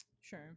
Sure